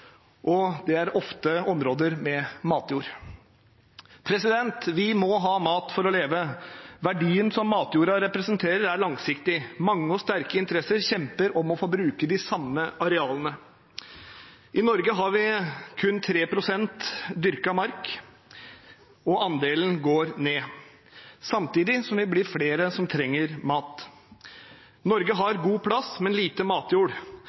og det er ofte områder med matjord. Vi må ha mat for å leve. Verdien matjorda representerer, er langsiktig. Mange og sterke interesser kjemper om å få bruke de samme arealene. I Norge har vi kun 3 pst. dyrket mark, og andelen går ned samtidig som vi blir flere som trenger mat. Norge har god plass, men lite matjord.